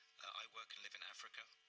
i work and live in africa,